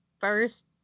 first